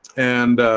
and